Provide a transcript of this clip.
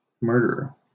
Murderer